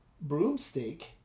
broomstick